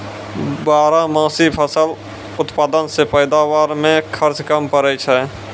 बारहमासी फसल उत्पादन से पैदावार मे खर्च कम पड़ै छै